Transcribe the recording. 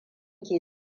ke